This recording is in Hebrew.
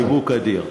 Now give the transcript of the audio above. חיבוק אדיר.